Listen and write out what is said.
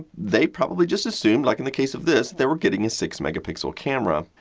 they probably just assumed, like in the case of this, they were getting a six megapixel camera.